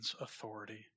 authority